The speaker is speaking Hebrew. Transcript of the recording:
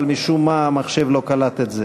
אבל משום מה המחשב לא קלט את זה,